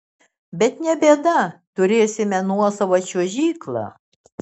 bet ne bėda turėsime nuosavą čiuožyklą